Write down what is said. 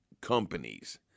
companies